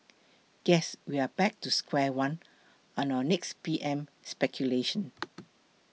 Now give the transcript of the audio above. guess we are back to square one on our next P M speculation